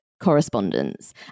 correspondence